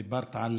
דיברת על